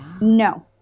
No